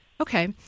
Okay